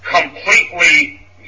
completely